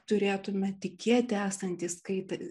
turėtume tikėti esantys skaitę